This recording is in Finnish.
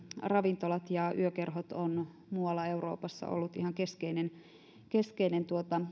ravintolat ja yökerhot ovat muualla euroopassa olleet ihan keskeinen keskeinen